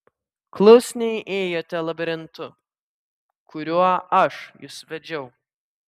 klusniai ėjote labirintu kuriuo aš jus vedžiau